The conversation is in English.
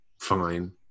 fine